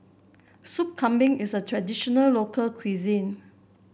Soup Kambing is a traditional local cuisine